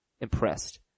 impressed